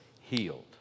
healed